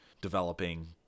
developing